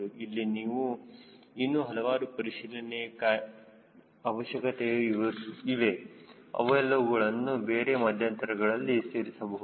ಇಲ್ಲಿ ಇನ್ನೂ ಹಲವಾರು ಪರಿಶೀಲನೆಯ ಅವಶ್ಯಕತೆಗಳು ಇವೆ ಅವುಗಳನ್ನು ಬೇರೆ ಮಧ್ಯಂತರಗಳಲ್ಲಿ ಸೇರಿಸಬಹುದು